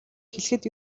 хэлэхэд